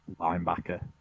linebacker